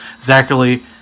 Zachary